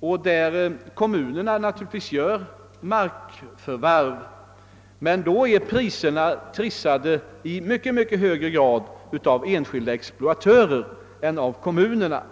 och där kommunerna naturligtvis gör markförvärv, men i sådana regioner är priserna upptrissade i mycket högre grad av enskilda exploatörer än av kommunerna.